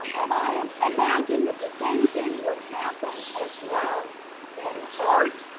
um and i um imagine that the same thing would happen as well in art,